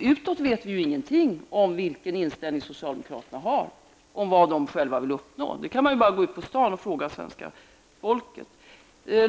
utåt vet vi ingenting om vilken inställning som socialdemokraterna har och vad de själva vill uppnå. Det är bara att gå ut på stan och fråga det svenska folket.